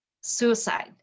suicide